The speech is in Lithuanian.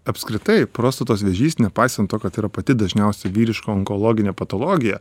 apskritai prostatos vėžys nepaisant to kad tai yra pati dažniausia vyriška onkologinė patologija